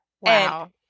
Wow